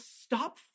stop